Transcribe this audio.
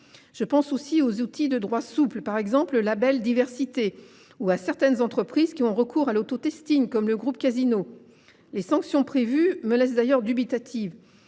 Je pense aussi aux outils de droit souple, par exemple le label diversité, ou à l’auto auquel ont recours certaines entreprises, comme le groupe Casino. Les sanctions prévues me laissent d’ailleurs dubitative